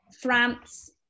France